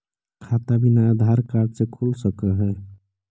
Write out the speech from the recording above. खाता बिना आधार कार्ड के खुल सक है?